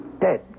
Dead